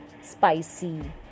spicy